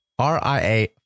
RIA